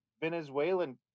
Venezuelan